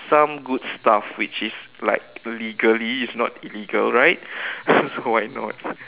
some good stuff which is like legally it's not illegal right why not